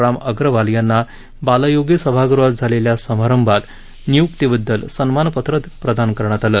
राम अग्रवाल यांना बालयोगी सभागृहात झालेल्या समारंभात निय्क्ती बद्दल सन्मान पत्र प्रदान करण्यात आलं